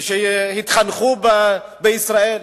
והתחנכו בישראל,